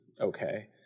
okay